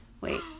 wait